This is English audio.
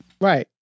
right